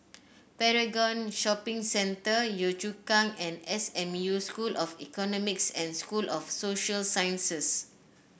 Paragon Shopping Centre Yio Chu Kang and S M U School of Economics and School of Social Sciences